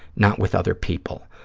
not with other people.